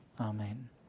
Amen